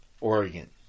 Oregon